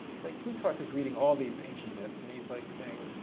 it's like plutarch is reading all these ancient myths and he's like saying,